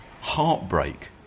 heartbreak